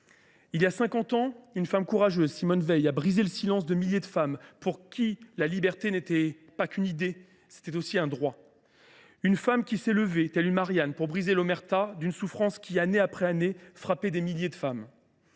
cinquante ans, une femme courageuse, Simone Veil, a brisé le silence de milliers de femmes pour lesquelles la liberté était non pas seulement une idée, mais aussi un droit. Elle s’est levée, telle une Marianne, pour briser l’omerta d’une souffrance qui, année après année, frappait des milliers de femmes.